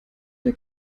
der